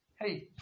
Hey